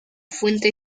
fuente